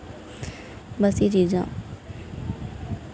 बस एह् चीजां